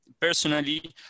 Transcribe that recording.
Personally